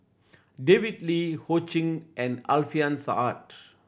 David Lee Ho Ching and Alfian Sa'at